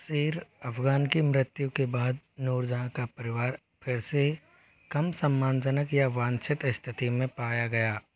शेर अफ़गान की मृत्यु के बाद नूरजहाँ का परिवार फिर से कम सम्मानजनक या वांछित स्थिति में पाया गया